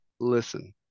listen